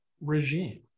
regime